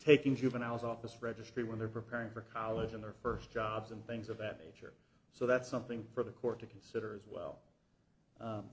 taking juveniles office registry when they're preparing for college in their first jobs and things of that nature so that's something for the court to consider as well